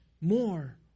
more